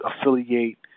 affiliate